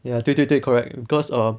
ya 对对对 correct because err